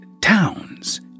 towns